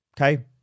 Okay